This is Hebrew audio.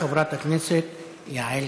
חברת הכנסת יעל גרמן.